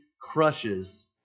crushes